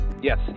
Yes